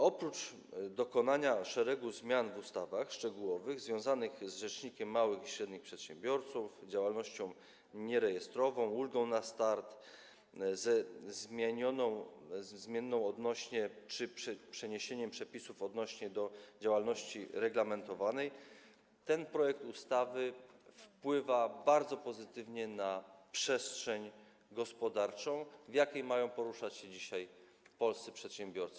Oprócz dokonania szeregu zmian w ustawach szczegółowych związanych z rzecznikiem małych i średnich przedsiębiorców, działalnością nierejestrową, ulgą na start, ze ze zmianą czy przeniesieniem przepisów odnośnie do działalności reglamentowanej ustawa wpływa bardzo pozytywnie na przestrzeń gospodarczą, w jakiej mają poruszać się dzisiaj polscy przedsiębiorcy.